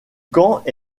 camp